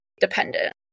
dependent